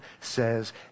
says